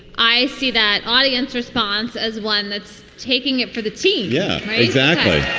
i see that audience response as one that's taking it for the team yeah right. exactly